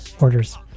orders